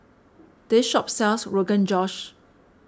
this shop sells Rogan Josh